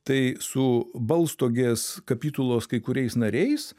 tai su balstogės kapitulos kai kuriais nariais